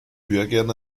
bürgern